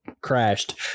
crashed